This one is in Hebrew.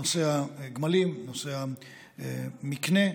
נושא הגמלים, נושא המקנה.